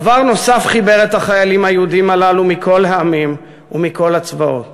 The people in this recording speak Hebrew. דבר נוסף חיבר את החיילים היהודים מכל העמים ומכל הצבאות: